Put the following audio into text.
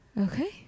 Okay